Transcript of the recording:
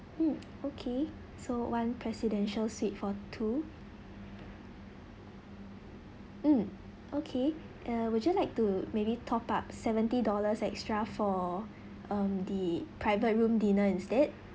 mm okay so one presidential suite for two mm okay uh would you like to maybe top up seventy dollars extra for um the private room dinner instead